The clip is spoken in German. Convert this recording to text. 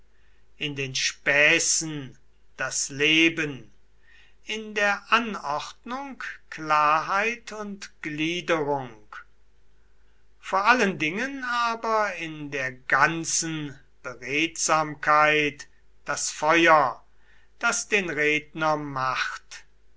in den späßen das leben in der anordnung klarheit und gliederung vor allen dingen aber in der ganzen beredsamkeit das feuer das den redner macht